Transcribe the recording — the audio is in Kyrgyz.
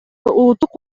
улуттук